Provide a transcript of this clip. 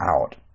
out